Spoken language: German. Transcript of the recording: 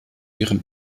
ihrem